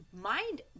mind